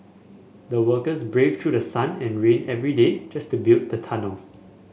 the workers braved through sun and rain every day just to build the tunnel